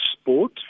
sport